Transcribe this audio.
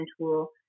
tool